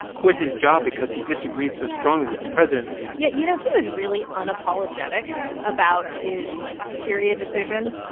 quit his job because he disagreed so strongly with the president yeah. you know, he was really unapologetic about his syria decision,